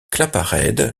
claparède